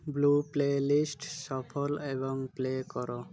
blue play list shuffle ଏବଂ play' କର